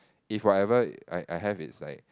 if whatever I I have is like